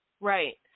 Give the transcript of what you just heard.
Right